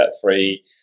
free